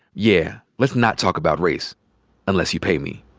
yeah, let's not talk about race unless you pay me.